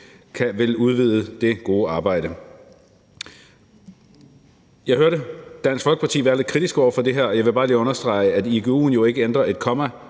nu vil udvide det gode arbejde. Jeg hørte Dansk Folkeparti være lidt kritiske over for det her, og jeg vil bare lige understrege, at igu'en jo ikke ændrer et komma